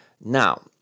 Now